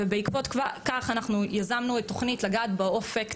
בעקבות כך אנחנו יזמנו את תוכנית לגעת באופק,